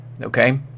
Okay